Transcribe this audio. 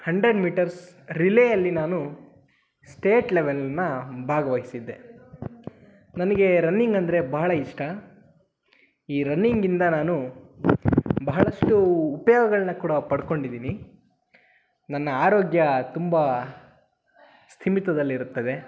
hundred metres ರಿಲೇಯಲ್ಲಿ ನಾನು state ಲೆವೆಲನ್ನ ಭಾಗವಹಿಸಿದ್ದೆ ನನಗೆ ರನ್ನಿಂಗ್ ಅಂದರೆ ಬಹಳ ಇಷ್ಟ ಈ ರನ್ನಿಂಗಿಂದ ನಾನು ಬಹಳಷ್ಟು ಉಪಯೋಗಗಳ್ನ ಕೂಡ ಪಡ್ಕೊಂಡಿದ್ದೀನಿ ನನ್ನ ಆರೋಗ್ಯ ತುಂಬ ಸ್ಥಿಮಿತದಲ್ಲಿರುತ್ತದೆ